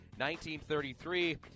1933